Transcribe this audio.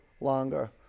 longer